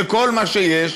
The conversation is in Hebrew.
לכל מה שיש,